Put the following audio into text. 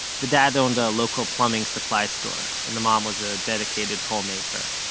the dad owned a local plumbing supply store, and the mom was a dedicated homemaker.